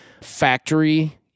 factory